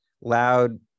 loud